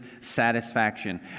satisfaction